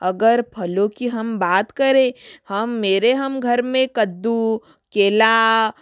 अगर फलों की हम बात करें हम मेरे हम घर में कद्दू केला